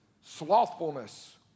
slothfulness